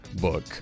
book